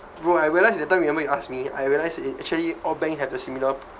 bro I realise that time remmeber you ask me I realise it actually all bank have the similar